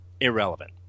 Irrelevant